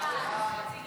חוק